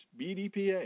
BDPA